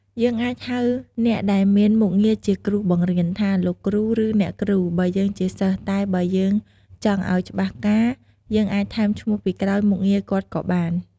យើងអាចហៅអ្នកដែលមានមុខងារជាគ្រូបង្រៀនថា លោកគ្រូ ឬអ្នកគ្រូ បើយើងជាសិស្សតែបើយើងចង់អោយច្បាស់ការ យើងអាចថែមឈ្មោះពីក្រោយមុខងារគាត់ក៏បាន។